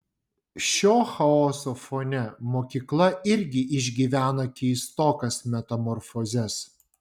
šio chaoso fone mokykla irgi išgyvena keistokas metamorfozes